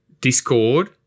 Discord